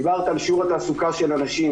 דיברת על שיעור התעסוקה של הנשים,